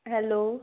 hello